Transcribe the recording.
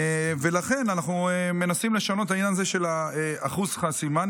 ולכן אנחנו מנסים לשנות את העניין הזה של אחוז החסימה,